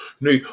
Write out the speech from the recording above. No